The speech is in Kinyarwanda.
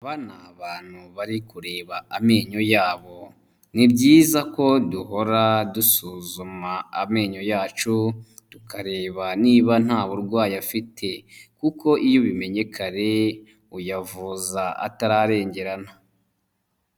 Bano bantu bari kureba amenyo yabo. Ni byiza ko duhora dusuzuma amenyo yacu tukareba niba nta burwayi afite, kuko iyo ubimenye kare uyavuza atararengerana.